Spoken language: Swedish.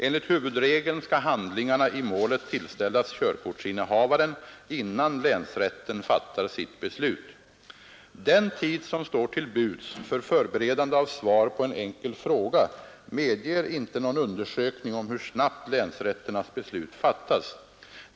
Enligt huvudregeln skall handlingarna i målet tillställas körkortsinnehavaren, innan länsrätten fattar sitt beslut. Den tid som står till buds för förberedande av svar på en enkel fråga medger inte någon undersökning om hur snabbt länsrätternas beslut fattas.